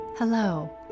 Hello